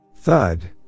Thud